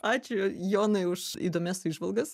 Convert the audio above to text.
ačiū jonai už įdomias įžvalgas